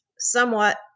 somewhat